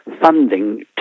funding